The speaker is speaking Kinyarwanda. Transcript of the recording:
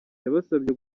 yabasabye